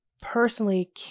personally